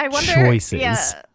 choices